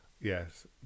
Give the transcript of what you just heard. Yes